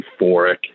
euphoric